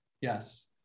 yes